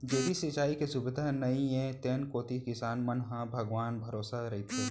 जेती सिंचाई के सुबिधा नइये तेन कोती किसान मन ह भगवान भरोसा रइथें